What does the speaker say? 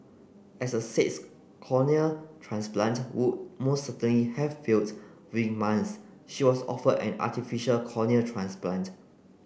as a sixth cornea transplant would most certainly have failed with months she was offered an artificial cornea transplant